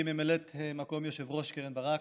גברתי ממלאת מקום היושב-ראש קרן ברק,